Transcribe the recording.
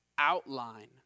outline